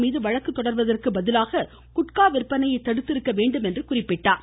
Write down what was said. மீது வழக்கு தொடருவதற்கு பதிலாக குட்கா விற்பனையை தடுத்திருக்க வேண்டுமென்று குறிப்பிட்டார்